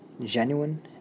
Genuine